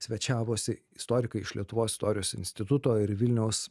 svečiavosi istorikai iš lietuvos istorijos instituto ir vilniaus